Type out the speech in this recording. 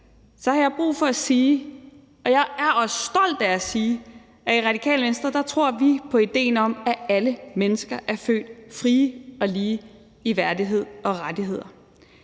har jeg brug for at sige, og jeg er også stolt af at sige det, at i Radikale Venstre tror vi på idéen om, at alle mennesker er født frie og lige i værdighed og rettigheder.